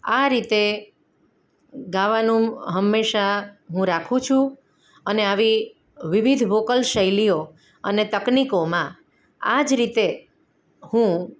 આ રીતે ગાવાનું હંમેશા હું રાખું છું અને આવી વિવિધ વોકલ શૈલીઓ અને તકનીકોમાં આ જ રીતે હું